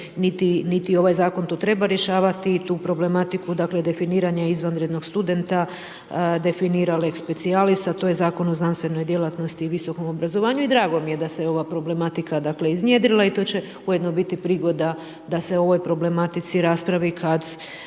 niti ovaj zakon to treba rješavati tu problematiku definiranja izvanrednog studenta definira lex specialis, a to je Zakon o znanstvenoj djelatnosti i visokom obrazovanju i drago mi je da se ova problematika iznjedrila. I to će ujedno biti prigoda da se o ovoj problematici raspravi kada,